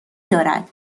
دارد